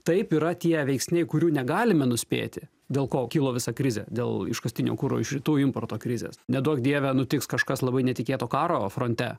taip yra tie veiksniai kurių negalime nuspėti dėl ko kilo visą krizė dėl iškastinio kuro iš rytų importo krizės neduok dieve nutiks kažkas labai netikėto karo fronte